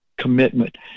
commitment